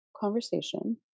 conversation